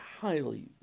highly